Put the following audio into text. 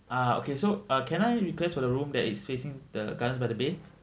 ah okay so uh can I request for the room that is facing the gardens by the bay